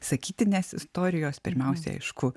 sakytinės istorijos pirmiausiai aišku